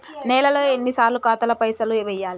నెలలో ఎన్నిసార్లు ఖాతాల పైసలు వెయ్యాలి?